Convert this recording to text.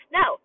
no